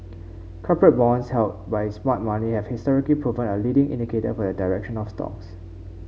corporate bonds held by smart money have historically proven a leading indicator for the direction of stocks